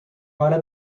para